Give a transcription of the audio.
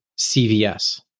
CVS